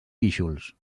guíxols